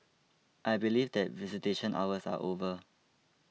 I believe that visitation hours are over